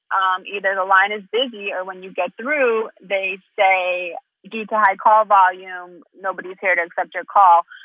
um either the line is busy or when you get through, they say due to high call volume, nobody's here to accept your call.